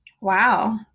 Wow